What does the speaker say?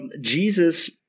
Jesus